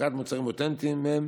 והפקת מוצרים אותנטיים מהם,